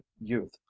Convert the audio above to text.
youth